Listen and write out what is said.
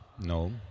No